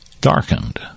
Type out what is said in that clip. darkened